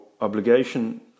obligation